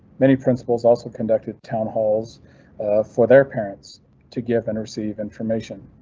many principals also conducted town halls for their parents to give and receive information.